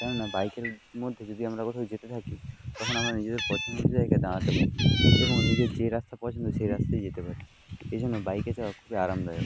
কেননা বাইকের মধ্যে যদি আমরা কোথাও যেতে থাকি তখন আমরা নিজেদের পছন্দ অনুযায়ী জায়গায় দাঁড়াতে পারি এবং নিজের যে রাস্তা পছন্দ সেই রাস্তায় যেতে পারি এই জন্য বাইকে যাওয়া খুবই আরামদায়ক